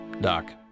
Doc